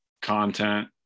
content